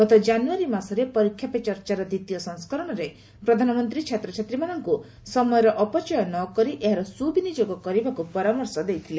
ଗତ ଜାନୁୟାରୀ ମାସରେ ପରୀକ୍ଷା ପେ ଚର୍ଚ୍ଚାର ଦ୍ୱିତୀୟ ସଂସ୍କରଣରେ ପ୍ରଧାନମନ୍ତ୍ରୀ ଛାତ୍ରଛାତ୍ରୀମାନଙ୍କୁ ସମୟର ଅପଚୟ ନ କରି ଏହାର ସୁବିନିଯୋଗ କରିବାକୁ ପରାମର୍ଶ ଦେଇଥିଲେ